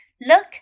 look